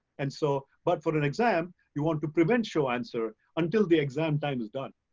and so, but for an exam, you want to prevent show answer, until the exam time is done.